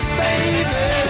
baby